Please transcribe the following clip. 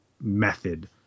method